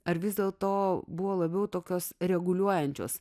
ar vis dėlto buvo labiau tokios reguliuojančios